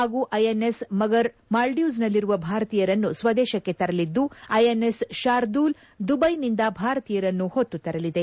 ಹಾಗೂ ಐಎನ್ಎಸ್ ಮಗರ್ ಮಾಲ್ಲೀವ್ಸ್ನಲ್ತಿರುವ ಭಾರತೀಯರನ್ನು ಸ್ವದೇಶಕ್ಕೆ ತರಲಿದ್ದು ಐಎನ್ಎಸ್ ಶಾರ್ದೊಲ್ ದುಬೈನಿಂದ ಭಾರತೀಯರನ್ನು ಹೊತ್ತು ತರಲಿದೆ